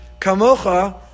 Kamocha